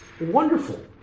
wonderful